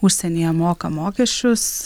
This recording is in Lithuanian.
užsienyje moka mokesčius